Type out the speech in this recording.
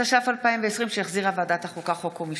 התש"ף 2020, שהחזירה ועדת החוקה, חוק ומשפט.